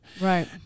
Right